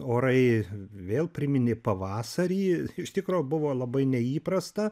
orai vėl priminė pavasarį iš tikro buvo labai neįprasta